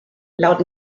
laut